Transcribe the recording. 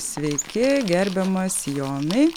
sveiki gerbiamas jonai